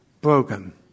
broken